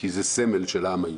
כי זה סמל של העם היהודי.